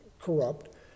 corrupt